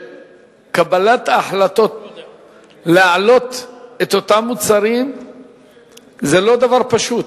שקבלת ההחלטות להעלות את המחיר של אותם מוצרים זה לא דבר פשוט.